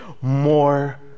more